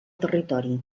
territori